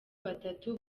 batatu